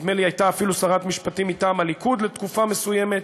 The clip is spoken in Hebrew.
נדמה לי שהיא אפילו הייתה שרת משפטים מטעם הליכוד תקופה מסוימת,